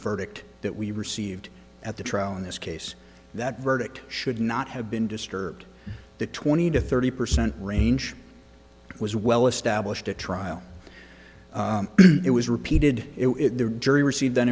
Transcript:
verdict that we received at the trial in this case that verdict should not have been disturbed the twenty to thirty percent range was well established at trial it was repeated it the jury received